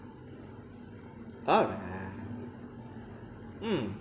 alright mm